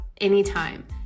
anytime